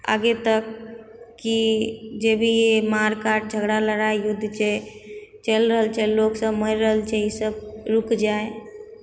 आगे तक की जे भी मारि काटि झगड़ा लड़ाइ युद्ध जे चलि रहल छै लोकसब मरि रहल छै ईसब रुकि जाइ